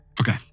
okay